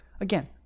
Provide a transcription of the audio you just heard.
again